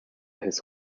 his